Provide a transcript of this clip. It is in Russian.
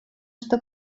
что